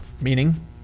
meaning